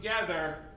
together